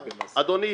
אדוני,